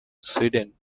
sweden